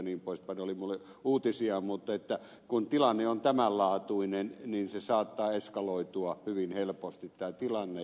ne olivat minulle uutisia mutta kun tilanne on tämän laatuinen niin saattaa eskaloitua hyvin helposti tämä tilanne